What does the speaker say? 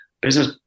business